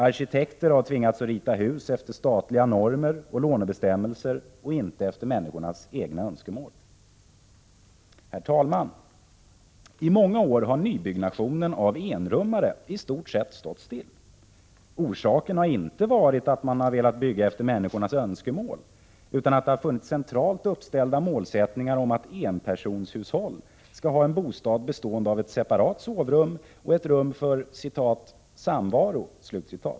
Arkitekter har tvingats att rita hus efter statliga normer och lånebestämmelser och inte efter människornas egna önskemål. Herr talman! I många år har nybyggnationen av enrummare i stort sett stått stilla. Orsaken har inte varit att man har velat bygga efter människornas önskemål, utan att det har funnits centralt uppställda målsättningar om att enpersonshushåll skall ha en bostad bestående av ett separat sovrum och ett rum för ”samvaro”.